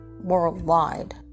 worldwide